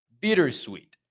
bittersweet